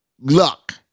luck